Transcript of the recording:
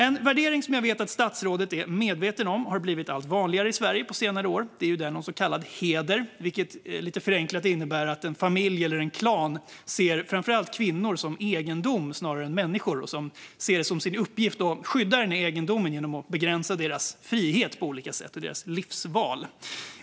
En värdering som jag vet att statsrådet är medveten om har blivit allt vanligare i Sverige på senare år är den om så kallad heder, vilket lite förenklat innebär att en familj eller en klan ser framför allt kvinnor som egendom snarare än människor och ser det som sin uppgift att skydda denna egendom genom att begränsa deras frihet och livsval på olika sätt.